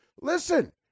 Listen